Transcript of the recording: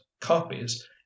copies